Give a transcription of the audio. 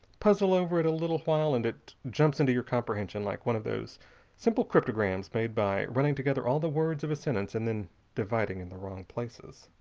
puzzle over it a little while and it jumps into your comprehension like one of those simple cryptograms made by running together all the words of a sentence and then dividing in the wrong places.